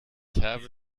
habe